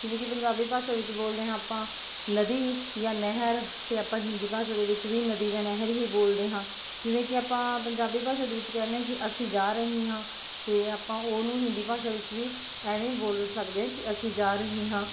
ਜਿਵੇਂ ਕਿ ਪੰਜਾਬੀ ਭਾਸ਼ਾ ਵਿੱਚ ਬੋਲਦੇ ਹਾਂ ਆਪਾਂ ਨਦੀ ਜਾਂ ਨਹਿਰ 'ਤੇ ਆਪਾਂ ਹਿੰਦੀ ਭਾਸ਼ਾ ਦੇ ਵਿੱਚ ਵੀ ਨਦੀ ਜਾਂ ਨਹਿਰ ਹੀ ਬੋਲਦੇ ਹਾਂ ਜਿਵੇਂ ਕਿ ਆਪਾਂ ਪੰਜਾਬੀ ਭਾਸ਼ਾ ਦੇ ਵਿੱਚ ਕਹਿੰਦੇ ਕਿ ਅਸੀਂ ਜਾ ਰਹੇ ਹਾਂ ਅਤੇ ਆਪਾਂ ਉਹਨੂੰ ਹਿੰਦੀ ਭਾਸ਼ਾ ਦੇ ਵਿੱਚ ਵੀ ਐਵੇਂ ਬੋਲ ਸਕਦੇ ਆ ਕਿ ਅਸੀਂ ਜਾ ਰਹੇ ਹਾਂ